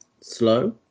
slow